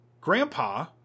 Grandpa